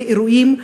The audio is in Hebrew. לאירועים,